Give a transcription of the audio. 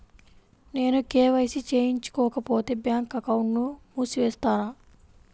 నేను కే.వై.సి చేయించుకోకపోతే బ్యాంక్ అకౌంట్ను మూసివేస్తారా?